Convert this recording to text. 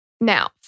Now